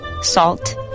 salt